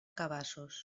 cabassos